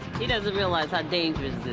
he doesn't realize how dangerous